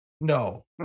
no